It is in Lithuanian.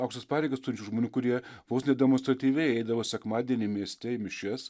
aukštas pareigas turinčių žmonių kurie vos ne demonstratyviai eidavo sekmadienį mieste į mišias